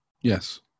yes